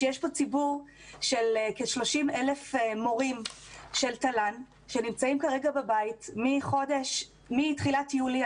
שיש פה ציבור של כ-30,000 מורים של תל"ן שנמצאים כרגע בבית מתחילת יולי.